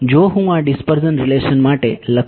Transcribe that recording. જો હું આ ડીસ્પર્ઝન રિલેશન માટે લખવા માંગતો હોવ